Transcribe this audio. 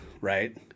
right